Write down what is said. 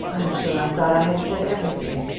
i'm sure i thought i had said everything.